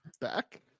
back